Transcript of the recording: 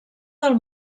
del